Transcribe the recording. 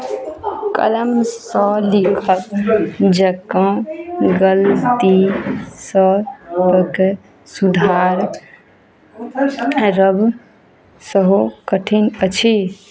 कलमसँ लिखब जकाँ गलती सभकेँ सुधारब सेहो कठिन अछि